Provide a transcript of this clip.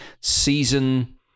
season